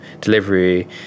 delivery